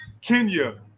Kenya